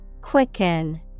quicken